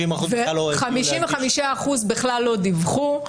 55 אחוזים בכלל לא דיווחו.